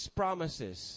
promises